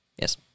Yes